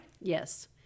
yes